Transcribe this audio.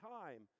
time